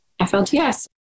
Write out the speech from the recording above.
FLTS